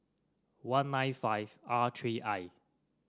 one nine five R three I